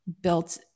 built